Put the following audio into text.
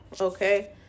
okay